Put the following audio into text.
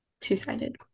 two-sided